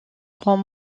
grand